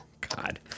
God